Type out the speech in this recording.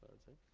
it's like